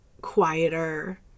quieter